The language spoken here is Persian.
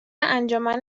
انجمن